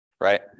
right